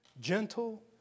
gentle